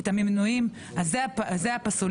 זה הפסול.